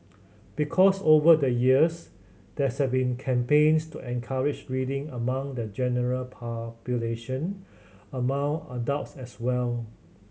because over the years there has been campaigns to encourage reading among the general population among adults as well